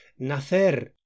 Nacer